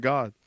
God